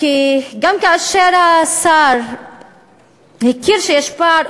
כי גם אם השר הכיר בכך שיש פער,